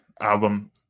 album